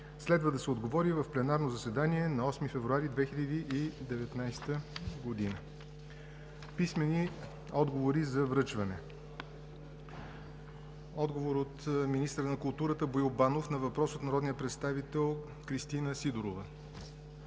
Следва да се отговори в пленарното заседание на 8 февруари 2019 г. Писмени отговори за връчване от: - министъра на културата Боил Банов на въпрос от народния представител Кристина Сидорова;